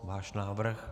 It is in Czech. Váš návrh?